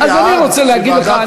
אז אני רוצה להגיד לך,